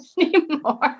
anymore